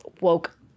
woke-